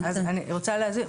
אני רוצה להסביר.